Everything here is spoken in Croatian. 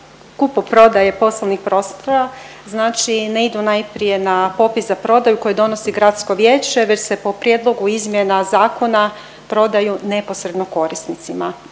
kupoprodaje poslovnih prostora znači ne idu najprije na popis za prodaju koje donosi gradsko vijeće već se po prijedlogu izmjena zakona prodaju neposredno korisnicima,